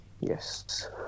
Yes